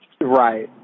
Right